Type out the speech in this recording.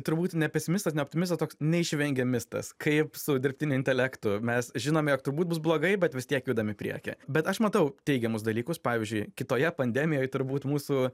turbūt ne pesimistas ne optimistas toks neišvengiamistas kaip su dirbtiniu intelektu mes žinom jog turbūt bus blogai bet vis tiek judam į prekį bet aš matau teigiamus dalykus pavyzdžiui kitoje pandemijoj turbūt mūsų